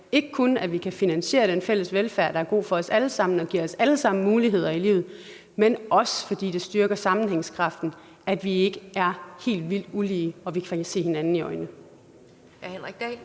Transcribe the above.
ikke kun fordi vi kan finansiere den fælles velfærd, der er god for os alle sammen og giver os alle sammen muligheder i livet, men også fordi det styrker sammenhængskraften, at vi ikke er helt vildt ulige, og at vi kan se hinanden i øjnene.